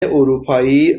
اروپایی